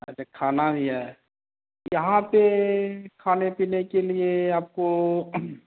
अच्छा खाना भी है यहाँ पर खाने पीने के लिए आपको